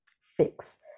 fix